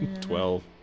Twelve